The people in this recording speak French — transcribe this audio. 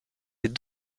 les